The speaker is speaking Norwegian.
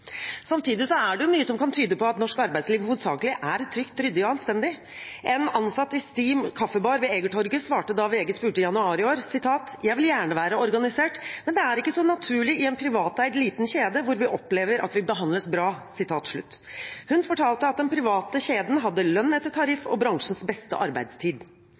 Samtidig er det mye som kan tyde på at norsk arbeidsliv hovedsakelig er trygt, ryddig og anstendig. En ansatt i Steam Kaffebar ved Egertorget svarte da VG spurte i januar i år: «Jeg vil gjerne være organisert, men det er ikke så naturlig i en privateid og relativt liten kjede, hvor vi opplever at vi behandles bra.» Hun fortalte at den private kjeden hadde lønn etter tariff og bransjens beste arbeidstid.